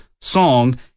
song